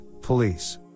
police